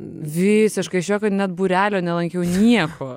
visiškai aš jokio net būrelio nelankiau nieko